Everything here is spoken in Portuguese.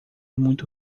muito